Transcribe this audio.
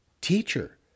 Teacher